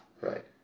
right